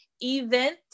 event